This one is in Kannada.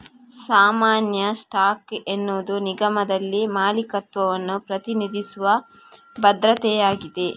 ಸಾಮಾನ್ಯ ಸ್ಟಾಕ್ ಎನ್ನುವುದು ನಿಗಮದಲ್ಲಿ ಮಾಲೀಕತ್ವವನ್ನು ಪ್ರತಿನಿಧಿಸುವ ಭದ್ರತೆಯಾಗಿದೆ